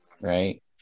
right